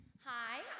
Hi